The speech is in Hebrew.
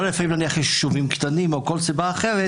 או לפעמים יש יישובים קטנים או מסיבה אחת